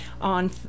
On